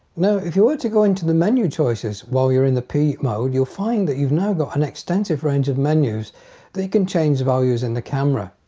now if you were to go into the menu choices while you're in the p mode you'll find that you've now got an extensive range of menus they can change the values in the camera.